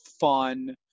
fun